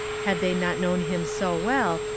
had they not known him so well,